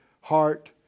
heart